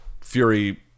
Fury